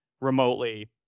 remotely